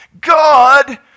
God